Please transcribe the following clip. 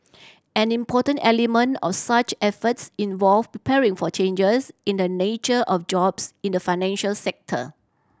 an important element of such efforts involve preparing for changes in the nature of jobs in the financial sector